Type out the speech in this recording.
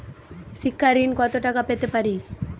শিক্ষা ঋণ কত টাকা পেতে পারি?